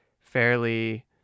fairly